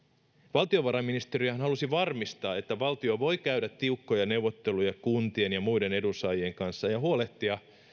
valtiovarainministeriöhän halusi varmistaa että valtio voi käydä tiukkoja neuvotteluja kuntien ja muiden edunsaajien kanssa ja huolehtia